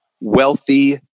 wealthy